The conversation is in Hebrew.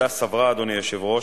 אדוני היושב-ראש.